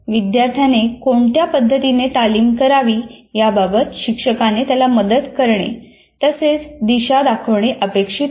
विद्यार्थ्याने कोणत्या पद्धतीची तालीम करावी याबाबत शिक्षकाने त्याला मदत करणे तसेच दिशा दाखवणे अपेक्षित आहे